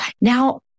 now